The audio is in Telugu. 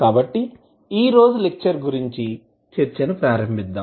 కాబట్టి ఈ రోజు లెక్చర్ గురుంచి చర్చను ప్రారంభిద్దాం